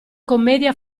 commedia